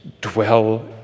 dwell